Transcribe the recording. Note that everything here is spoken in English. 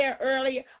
earlier